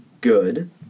good